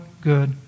Good